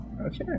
Okay